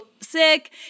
sick